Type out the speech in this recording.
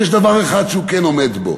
יש דבר אחד שהוא כן עומד בו.